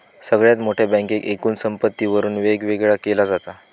सगळ्यात मोठ्या बँकेक एकूण संपत्तीवरून वेगवेगळा केला जाता